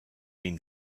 been